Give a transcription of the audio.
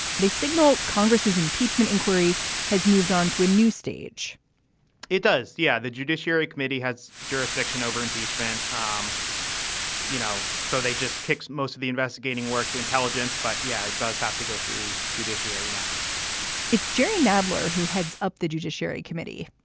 they signal congress's impeachment inquiry has moved on to a new stage it does. yeah, the judiciary committee has jurisdiction over impeachment. um you know, so they just kicked most of the investigating work to intelligence. but yeah, it does have to go through judiciary now it's jerry nadler who heads up the judiciary committee.